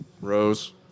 Rose